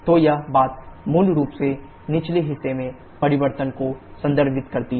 तो यह बात मूल रूप से निचले हिस्से में परिवर्तन को संदर्भित करती है